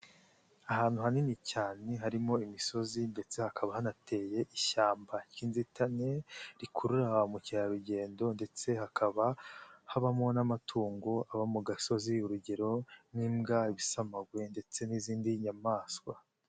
Ahantu hanini cyane harimo imisozi ndetse hakaba hanateye ishyamba ry'inzitane rikurura ba mukerarugendo ndetse hakaba habamo n'amatungo aba mu gasozi, urugero: nk'imbwa, ibisamagwe, ndetse n'izindi nyamaswa.